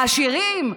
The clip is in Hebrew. העשירים.